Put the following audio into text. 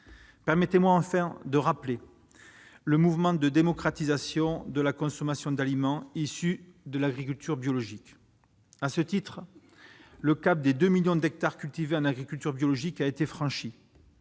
Permettez-moi enfin de rappeler le mouvement de démocratisation de la consommation d'aliments issus de l'agriculture biologique. À ce titre, le cap des 2 millions d'hectares cultivés en agriculture biologique a été franchi.